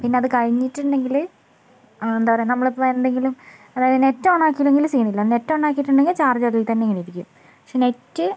പിന്നെ അതു കഴിഞ്ഞിട്ടുണ്ടെങ്കിൽ എന്താ പറയുക നമ്മളിപ്പം എന്തെങ്കിലും അതായത് നെറ്റ് ഓൺ ആക്കിയില്ലെങ്കിൽ സീനില്ല നെറ്റ് ഓൺ അക്കിയിട്ടുണ്ടെങ്കിൽ ചാർജ് അതും ഇതുതന്നെ ഇങ്ങനെ ഇരിക്കും പക്ഷെ നെറ്റ്